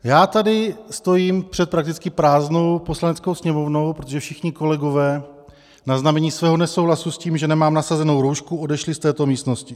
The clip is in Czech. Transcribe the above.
Já tady stojím před prakticky prázdnou Poslaneckou sněmovnou, protože všichni kolegové na znamení svého nesouhlasu s tím, že nemám nasazenou roušku, odešli z této místnosti.